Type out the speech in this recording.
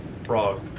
Frog